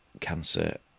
cancer